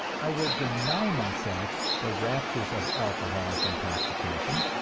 i will deny myself the raptures of alcoholic intoxication,